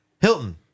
Hilton